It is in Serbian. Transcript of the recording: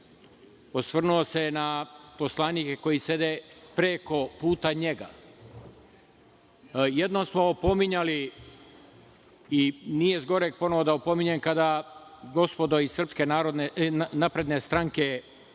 osvrnuo se na poslanike koji sede preko puta njega. Jednom smo pominjali i nije zgoreg ponovo da opominjem, kada gospodo iz Srpske napredne stranke